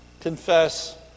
confess